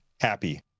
happy